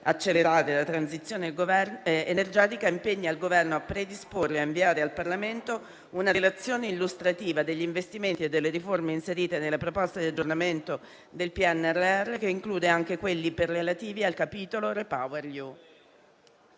accelerare la transizione energetica, impegna il Governo: a predisporre e a inviare al Parlamento una relazione illustrativa degli investimenti e delle riforme inserite nella proposta di aggiornamento del PNRR che include anche quelli relativi al capitolo Repower EU».